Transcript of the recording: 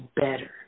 better